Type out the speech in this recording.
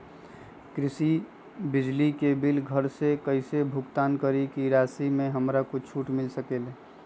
कृषि बिजली के बिल घर से कईसे भुगतान करी की राशि मे हमरा कुछ छूट मिल सकेले?